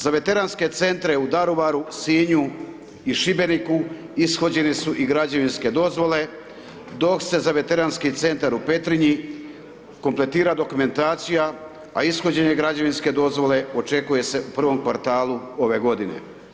Za Veteranske Centre u Daruvaru, Sinju i Šibeniku ishođene su i građevinske dozvole, dok se za Veteranski Centar u Petrinji kompletira dokumentacija, a ishođenje građevinske dozvole očekuje se u prvom kvartalu ove godine.